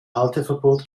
halteverbot